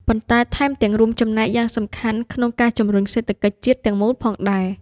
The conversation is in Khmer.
ប៉ុន្តែថែមទាំងរួមចំណែកយ៉ាងសំខាន់ក្នុងការជំរុញសេដ្ឋកិច្ចជាតិទាំងមូលផងដែរ។